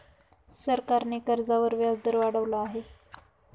सरकारने कर्जावर व्याजदर वाढवला आहे